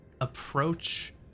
approach